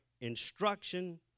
instruction